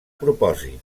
propòsit